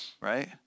right